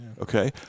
okay